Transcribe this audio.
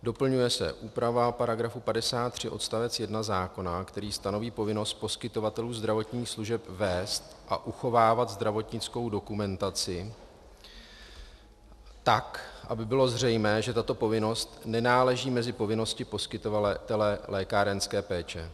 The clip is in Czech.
Doplňuje se úprava § 53 odst. 1 zákona, který stanoví povinnost poskytovatelům zdravotních služeb vést a uchovávat zdravotnickou dokumentaci tak, aby bylo zřejmé, že tato povinnost nenáleží mezi povinnosti poskytovatele lékárenské péče.